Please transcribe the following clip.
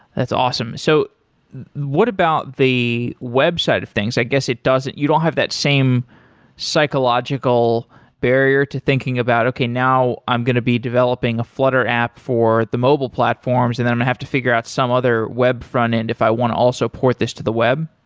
that's awesome. so what about the website of things? i guess it doesn't you don't have that same psychological barrier to thinking about, okay. now i'm going to be developing a flutter app for the mobile platforms and then i'm going to have to figure out some other web front end if i want also port this to the web.